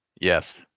Yes